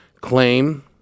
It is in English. claim